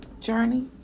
journey